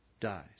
dies